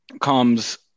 comes